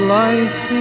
life